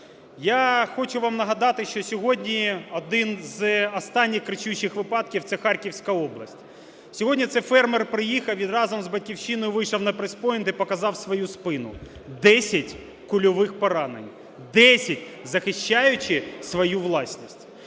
Я хочу вам нагадати, що сьогодні один з останніх кричущих випадків – це Харківська область. Сьогодні це фермер приїхав і разом з "Батьківщиною" вийшов на прес-пойнти і показав свою спину, десять кульових поранень, десять, захищаючи свою власність.